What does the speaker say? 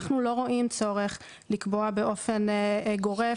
אנחנו לא רואים צורך לקבוע באופן גורף